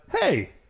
hey